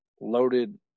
loaded